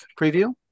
preview